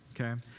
okay